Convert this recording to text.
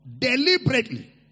Deliberately